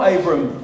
Abram